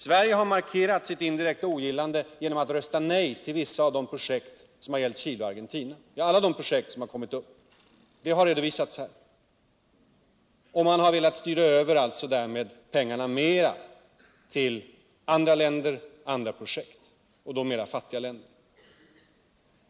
Sverige har markerat sitt indirekta ogillande genom att rösta nej till de projekt som har gällt Chile och Argentina. Det har refererats här. Man har därmed velat styra över pengarna till andra länder och andra projekt.